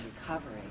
recovery